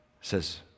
says